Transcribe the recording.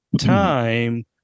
time